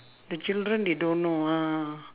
the children they don't know ah